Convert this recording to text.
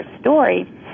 story